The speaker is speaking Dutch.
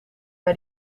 bij